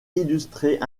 illustré